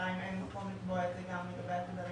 השאלה אם אין מקום לקבוע את זה גם לגבי התדרים...